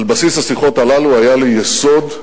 על בסיס השיחות הללו היה לי יסוד,